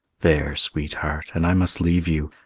there, sweetheart! and i must leave you.